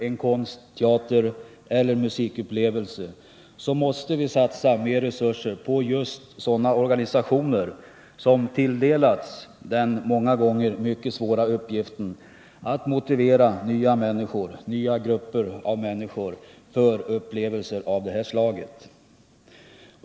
en konst-, teatereller musikupplevelse måste vi satsa mer resurser på just sådana organistioner som tilldelats den många gånger mycket svåra uppgiften att motivera nya grupper av människor för upplevelser av det här slaget.